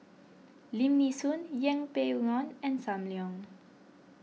Lim Nee Soon Yeng Pway Ngon and Sam Leong